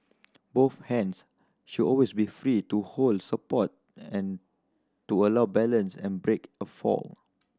both hands should always be free to hold support and to allow balance and break a fall